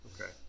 Okay